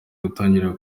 gutangira